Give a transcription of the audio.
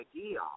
idea